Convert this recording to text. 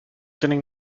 tienen